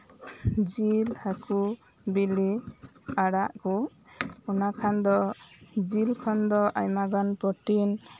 ᱡᱤᱞ ᱦᱟᱹᱠᱩ ᱵᱤᱞᱤ ᱟᱲᱟᱜ ᱠᱚ ᱚᱱᱟ ᱠᱷᱟᱱ ᱫᱚ ᱡᱤᱞ ᱠᱷᱚᱱ ᱫᱚ ᱟᱭᱢᱟᱜᱟᱱ ᱯᱨᱚᱴᱤᱱ